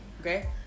okay